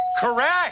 correct